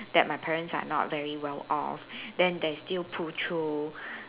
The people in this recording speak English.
that my parents are not very well off then they still pull through